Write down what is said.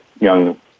young